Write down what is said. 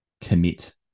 commit